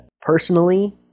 personally